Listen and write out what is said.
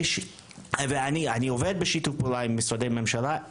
אני עובד בשיתוף פעולה עם משרדי ממשלה,